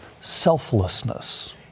selflessness